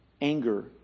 anger